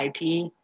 IP